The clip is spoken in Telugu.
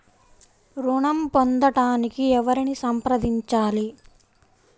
ఋణం పొందటానికి ఎవరిని సంప్రదించాలి?